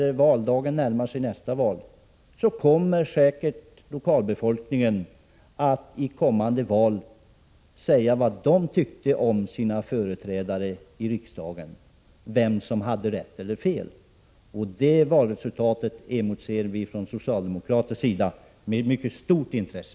Lokalbefolkningen kommer säkert i nästa val att säga vad den tycker om sina företrädare i riksdagen, vem som hade rätt och vem som hade fel. Från socialdemokratisk sida emotser vi det valresultatet med mycket stort intresse.